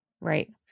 Right